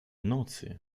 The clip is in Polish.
nocy